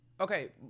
okay